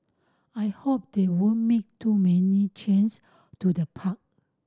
I hope they won't make too many change to the park